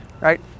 right